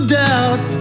doubt